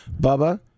Bubba